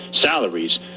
salaries